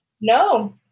No